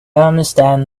understand